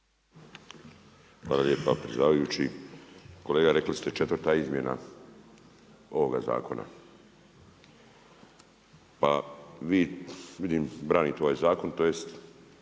Hvala lijepa predsjedavajući. Kolegi rekli ste četvrta izmjena ovoga zakona. Pa vi vidim branite ovaj zakon tj.